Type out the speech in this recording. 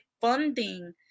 funding